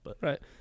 Right